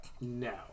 No